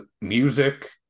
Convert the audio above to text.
music